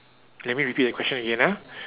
let me repeat the question again ah